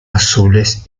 azules